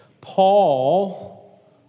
Paul